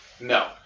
No